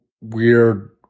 weird